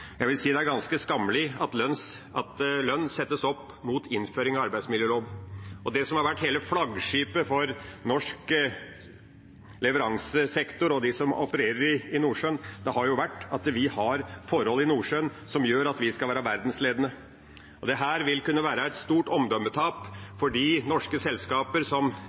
Jeg vil si det er ganske skammelig at lønn settes opp mot innføring av arbeidsmiljølov. Og det som har vært hele flaggskipet for norsk leveransesektor og dem som opererer i Nordsjøen, har jo vært at vi har forhold i Nordsjøen som gjør at vi skal være verdensledende. Det vil kunne være et stort omdømmetap for norske selskaper som